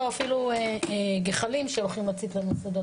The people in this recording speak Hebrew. או אפילו גחלים שהולכים להצית לנו שדות.